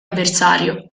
avversario